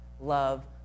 love